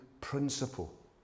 principle